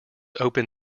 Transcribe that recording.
open